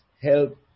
help